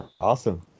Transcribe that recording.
awesome